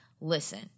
listen